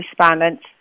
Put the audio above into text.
respondents